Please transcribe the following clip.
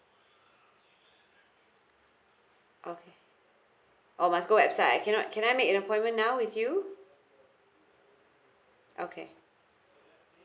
okay oh must go website cannot can I make appointment now with you okay